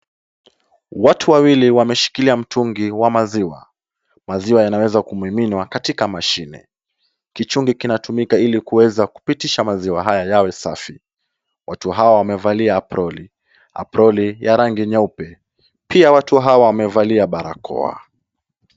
Watu wawili wameshikilia mtungi wa maziwa. Maziwa yanaweza kuwa yanamiminwa katika mashine. Kichungi kinatumika ili kiweze kupitisha maziwa haya yawe safi. Watu hawa wamevalia aproli, aproli ya rangi nyeupe, pia watu hawa wamevalia barakoa.